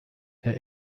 der